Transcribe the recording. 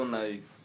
nice